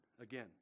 again